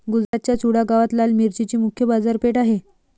गुजरातच्या चुडा गावात लाल मिरचीची मुख्य बाजारपेठ आहे